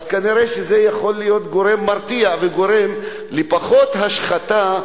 נראה שזה יכול להיות גורם מרתיע וגורם לפחות השחתה,